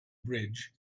bridge